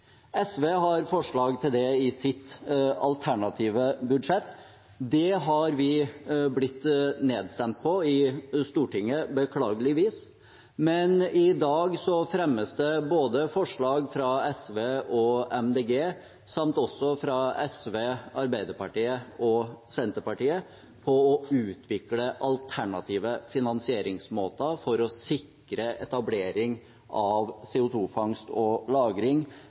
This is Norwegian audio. SV har forslag til det i sitt alternative budsjett. Det har beklageligvis blitt nedstemt i Stortinget, men i dag fremmes det forslag både fra SV og MDG og fra SV, Arbeiderpartiet og Senterpartiet om å utvikle alternative finansieringsmåter for å sikre etablering av CO 2 -fangst og